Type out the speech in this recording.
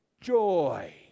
joy